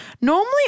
normally